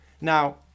Now